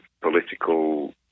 political